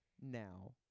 now